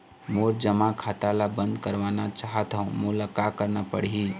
मोर जमा खाता ला बंद करवाना चाहत हव मोला का करना पड़ही?